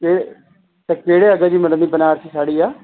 ऐं त कहिड़े अघ जी मतिलबु की बनारसी साड़ी आहे